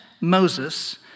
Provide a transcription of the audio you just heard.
Moses